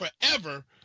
forever